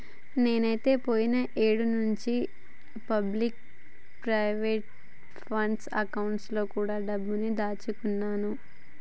నేనైతే పోయిన ఏడు నుంచే పబ్లిక్ ప్రావిడెంట్ ఫండ్ అకౌంట్ లో కూడా డబ్బుని దాచుకున్నాను